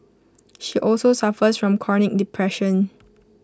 she also suffers from chronic depression